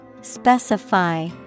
Specify